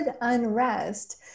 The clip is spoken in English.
unrest